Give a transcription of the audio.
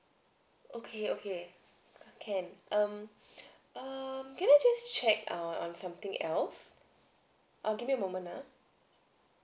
okay okay can um um can I just check uh on something else uh give me a moment ah